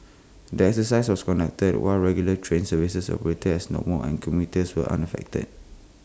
the exercise was conducted while regular train services operated as normal and commuters were unaffected